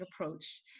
approach